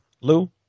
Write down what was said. Lou